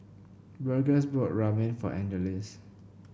Burgess bought Ramen for Angeles